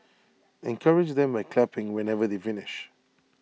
encourage them by clapping whenever they finish